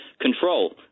control